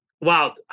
Wow